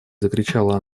закричала